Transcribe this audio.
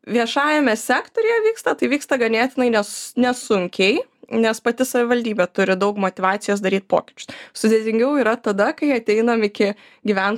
viešajame sektoriuje vyksta tai vyksta ganėtinai nes nesunkiai nes pati savivaldybė turi daug motyvacijos daryt pokyčius sudėtingiau yra tada kai ateinam iki gyventojų